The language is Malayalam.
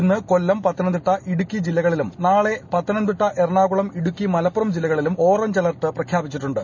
ഇന്ന് കൊല്ലം പത്തന്റെതിട്ട് ഇടുക്കി ജില്ലകളിലും നാളെ പത്തനംതിട്ട എറണാകുളം ഇടുക്കി മലപ്പുറം ജില്ലകളിലും ഓറഞ്ച് അലെർട്ട് പ്രഖ്യാപിച്ചിട്ടുണ്ട്